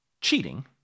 cheating